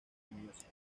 music